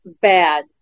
bad